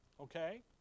okay